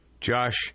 Josh